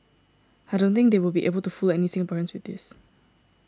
I don't think they will be able to fool any Singaporeans with this